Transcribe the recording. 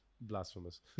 Blasphemous